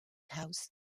house